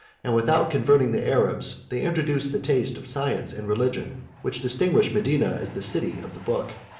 and without converting the arabs, they introduced the taste of science and religion, which distinguished medina as the city of the book.